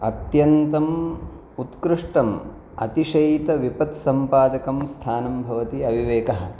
अत्यन्तम् उत्कृष्टम् अतिशयितविपद्सम्पादकं स्थानं भवति अविवेकः